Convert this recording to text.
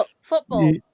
Football